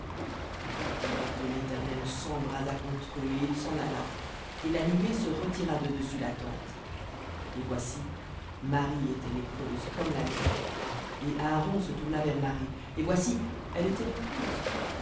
et la colère de l'éternel s'embrasa contre eux et il s'en alla et la nuée se retira de dessus la tente et voici marie était lépreuse comme la neige et aaron se tourna vers marie et voici elle était lépreuse